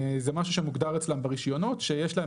זה משהו שמוגדר אצלם ברישיונות שיש להם